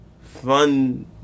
Fun